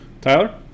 Tyler